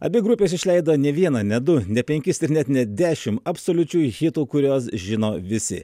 abi grupės išleido ne vieną ne du ne penkis ir net ne dešimt absoliučių hitų kuriuos žino visi